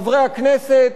חברי הכנסת,